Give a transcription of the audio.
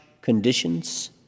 conditions